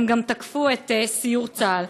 הם גם תקפו את סיור צה"ל.